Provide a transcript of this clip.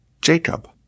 Jacob